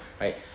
right